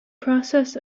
process